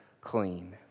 clean